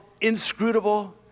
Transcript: inscrutable